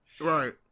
Right